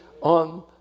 on